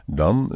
dan